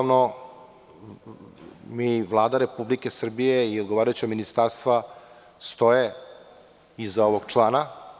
Vlada Republike Srbije i odgovarajuća ministarstva stoje iza ovog člana.